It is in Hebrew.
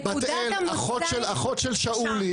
אחות של שאולי,